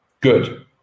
good